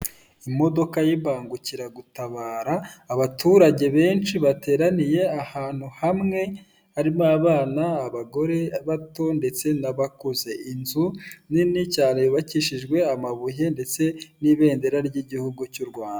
Imodoka y'imbangukiragutabara abaturage benshi bateraniye ahantu hamwe, harimo abana abagore bato ndetse n'abakuze inzu nini cyane yubakishijwe amabuye ndetse n'ibendera ry'igihugu cy'u rwanda.